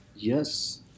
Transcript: Yes